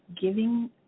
giving